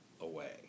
away